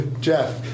Jeff